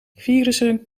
virussen